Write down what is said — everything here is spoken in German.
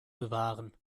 bewahren